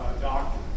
doctor